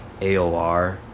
aor